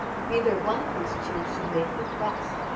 if either one of these two should make request,